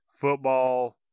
football